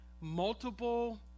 multiple